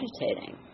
meditating